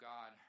God